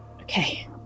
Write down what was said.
Okay